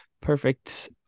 perfect